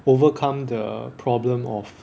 overcome the problem of